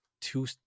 two